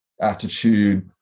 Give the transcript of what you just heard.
attitude